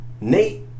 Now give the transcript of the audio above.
Nate